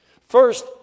First